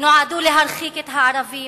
נועדו להרחיק את הערבים,